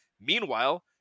Meanwhile